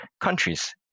countries